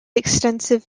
extensive